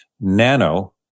nano